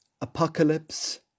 Apocalypse